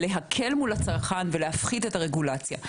ולהקל מול הצרכן ולהפחית את הרגולציה.